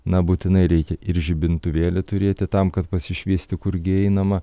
na būtinai reikia ir žibintuvėlį turėti tam kad pasišviesti kurgi einama